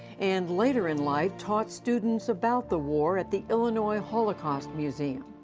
and, later in life, taught students about the war at the illinois holocaust museum.